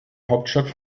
hauptstadt